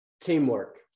teamwork